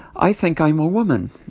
i think i'm a woman.